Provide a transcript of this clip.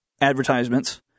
advertisements